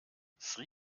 sri